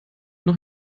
noch